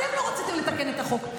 אתם לא רציתם לתקן את החוק.